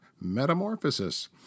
metamorphosis